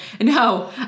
No